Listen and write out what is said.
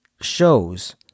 shows